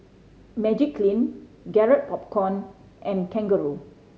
Magiclean Garrett Popcorn and Kangaroo